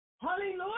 Hallelujah